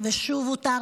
ושוב "הותר לפרסום",